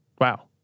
Wow